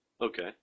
Okay